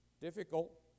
Difficult